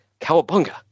cowabunga